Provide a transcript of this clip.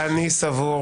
אני סבור